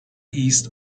east